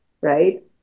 right